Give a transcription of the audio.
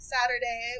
Saturday